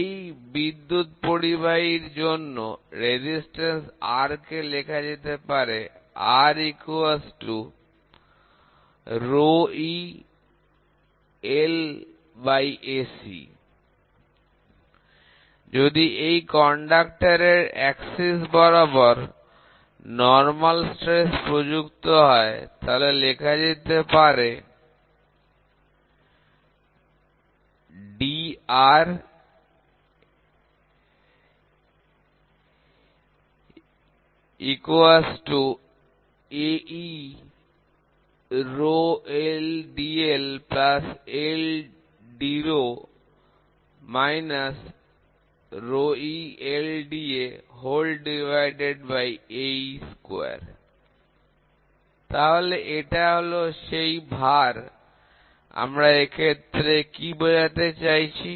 এই বিদ্যুৎ পরিবাহী জন্য প্রতিরোধ R কে লেখা যেতে পারে R eLAc যদি এই পরিবাহীর অক্ষ বরাবর লম্ব চাপ প্রযুক্ত হয় তাহলে লেখা যেতে পারে dR AcedLLde eLdAcAc2 তাহলে এটা হল সেই তার আমরা এক্ষেত্রে কি বোঝাতে চাইছি